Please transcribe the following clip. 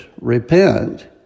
repent